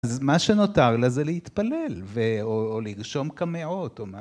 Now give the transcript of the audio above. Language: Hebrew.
אז מה שנותר לזה להתפלל, או לרשום קמעות, או מה.